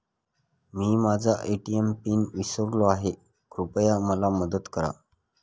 मी माझा ATM PIN विसरलो आहे, कृपया मला मदत करा